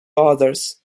others